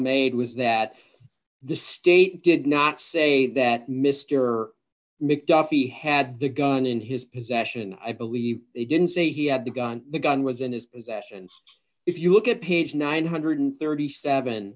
made was that the state did not say that mr mcduffee had the gun in his possession i believe he didn't say he had the gun the gun was in his possession if you look at page nine hundred and thirty seven